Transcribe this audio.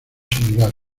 similar